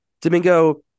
Domingo